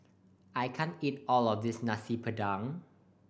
I can't eat all of this Nasi Padang